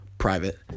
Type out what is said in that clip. private